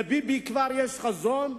לביבי כבר יש חזון.